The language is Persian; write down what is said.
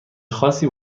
خاصی